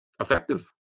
effective